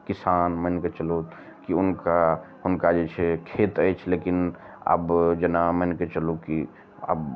किसान मानि कऽ चलू कि हुनका हुनका जे छै खेत अछि लेकिन आब जेना मानिके चलू की आब